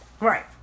Right